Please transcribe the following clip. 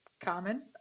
common